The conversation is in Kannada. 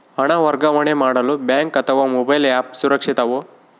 ಹಣ ವರ್ಗಾವಣೆ ಮಾಡಲು ಬ್ಯಾಂಕ್ ಅಥವಾ ಮೋಬೈಲ್ ಆ್ಯಪ್ ಸುರಕ್ಷಿತವೋ?